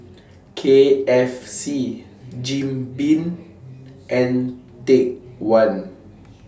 K F C Jim Beam and Take one